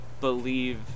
believe